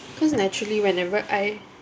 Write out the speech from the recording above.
cause naturally whenever I